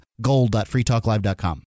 gold.freetalklive.com